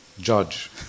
judge